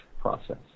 process